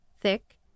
thick